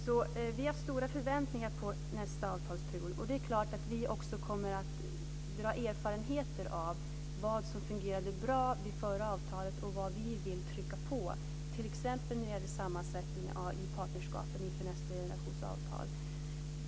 Så vi har stora förväntningar på nästa avtalsperiod, och det är klart att vi också kommer att ta vara på erfarenheterna när det gäller vad som fungerade bra vid det förra avtalet och vad vi vill trycka på t.ex. när det gäller sammansättningar i partnerskapen inför nästa generations avtal.